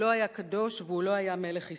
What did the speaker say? הוא לא היה קדוש והוא לא היה מלך ישראל,